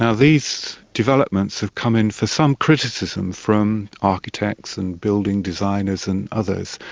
ah these developments have come in for some criticism from architects and building designers and others,